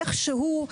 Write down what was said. איכשהו,